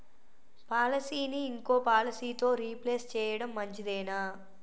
పాలసీని ఇంకో పాలసీతో రీప్లేస్ చేయడం మంచిదేనా?